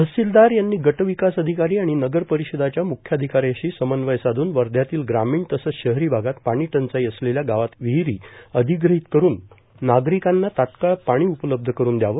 तहसिलदार यांनी गटविकास अधिकारी आणि नगर परिषदाच्या म्ख्याधिकाऱ्याशी समन्वय साधून वध्यातील ग्रामीण तसंच शहरी भागात पाणी टंचाई असलेल्या गावातील विहिरी अधिग्रहित करुन नागरिकांना तात्काळ पाणी उपलब्ध करुन दयावे